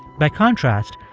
by contrast,